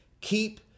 keep